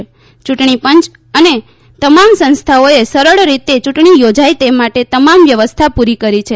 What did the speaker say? યૂંટણીપંચ અને તમામ સંસ્થાઓએ સરળ રીતે યૂંટણી યોજાય તે માટે તમામ વ્યવસ્થા પૂરી કરી છે